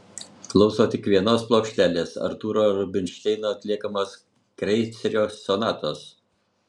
klauso tik vienos plokštelės artūro rubinšteino atliekamos kreicerio sonatos